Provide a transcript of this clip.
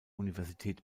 universität